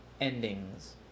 Endings